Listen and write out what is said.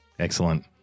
Excellent